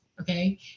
Okay